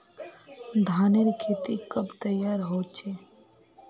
धानेर खेती कब तैयार होचे?